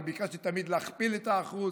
אני ביקשתי תמיד להכפיל את האחוז.